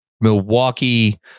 Milwaukee